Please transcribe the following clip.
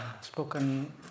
spoken